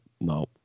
no